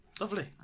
Lovely